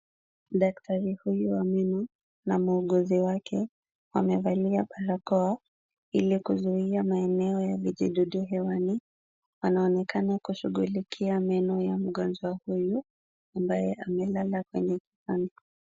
Daktari huyu wa meno na muuguzi wake, wamevalia barakoa ili kuzuia maeneo ya vijidudu hewani. Anaonekana kushughulikia meno ya mgonjwa huyu ambaye amelala kwenye kitanda.